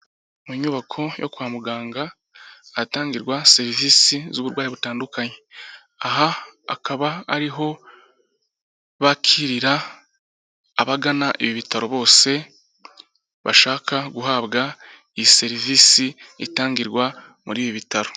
Mu nyubako yo kwa muganga ahatangirwa serivisi z'uburwayi butandukanye, aha akaba ariho bakirira abagana ibi bitaro bose bashaka guhabwa iyi serivisi itangirwa muri ibi bitaro.